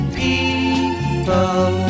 people